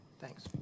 thanks